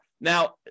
Now